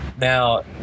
Now